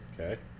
Okay